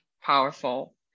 powerful